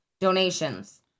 donations